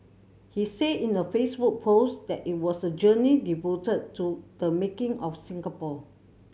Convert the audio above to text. he said in a Facebook post that it was a journey devoted to the making of Singapore